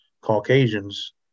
Caucasians